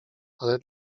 ale